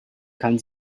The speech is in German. kann